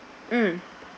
mm